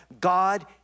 God